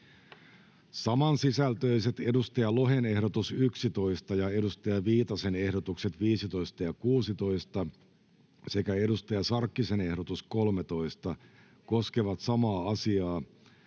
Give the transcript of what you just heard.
Samansisältöiset Markus Lohen ehdotus 11 ja Pia Viitasen ehdotukset 15 ja 16 sekä Hanna Sarkkisen ehdotus 13 koskevat samaa asiaa,